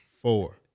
four